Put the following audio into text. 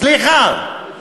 סליחה.